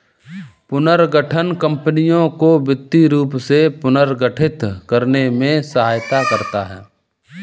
पुनर्गठन कंपनियों को वित्तीय रूप से पुनर्गठित करने में सहायता करता हैं